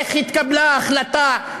איך התקבלה ההחלטה,